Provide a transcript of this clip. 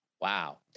Wow